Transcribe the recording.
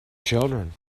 children